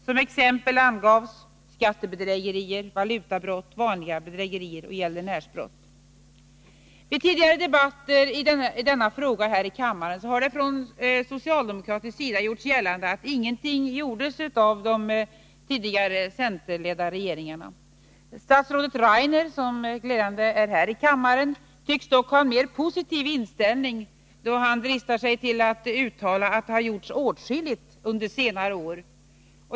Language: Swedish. Som exempel angavs skattebedrägerier, valutabrott, vanliga Vid tidigare debatter i denna fråga här i kammaren har det från socialdemokraternas sida gjorts gällande att ingenting gjordes av de centerledda regeringarna. Statsrådet Rainer, som glädjande nog är närvarande här i kammaren, tycks dock ha en mera positiv inställning, då han dristar sig att uttala att det har gjorts åtskilligt under senare år.